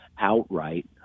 outright